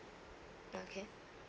okay